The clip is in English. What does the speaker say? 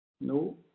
No